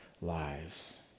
Lives